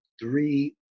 three